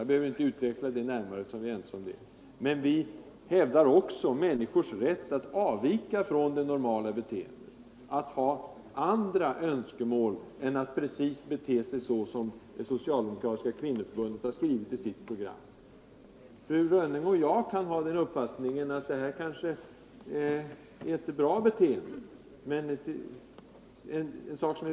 Jag behöver inte utveckla det närmare, eftersom vi är överens om den saken. Men vi hävdar också människors rätt att avvika från det normala beteendet, att ha andra önskemål än att göra precis så som det socialdemokratiska kvinnoförbundet har skrivit i sitt program. Fru Rönnung och jag kan ha uppfattningen att det är ett bra sätt att leva.